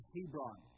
Hebron